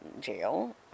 jail